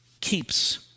keeps